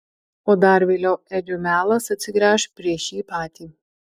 o dar vėliau edžio melas atsigręš prieš jį patį